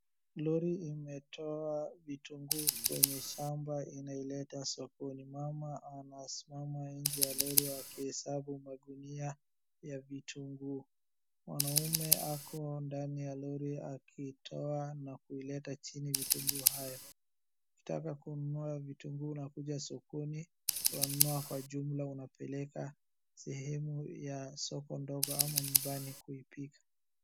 Lori imetoa vitunguu kwenye shamba inaileta sokoni. Mama anasimama nje ya lori akihesabu magunia ya vitunguu. Mwanaume ako ndani ya lori akitoa na kuleta chini vitunguu hivi. Ukitaka kununua vitunguu unakuja sokoni, unanunua kwa jumla unapeleka sehemu ya soko ndogo ama nyumbani kuipika.